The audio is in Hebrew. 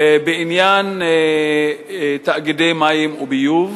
בעניין תאגידי מים וביוב.